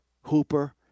Hooper